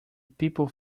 people